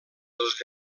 dels